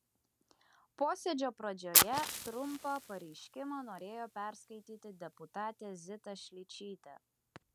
posėdžio pradžioje trumpą pareiškimą norėjo perskaityti deputatė zita šličytė